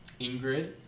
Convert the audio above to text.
Ingrid